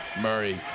Murray